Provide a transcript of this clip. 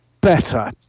better